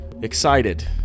excited